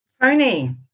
Tony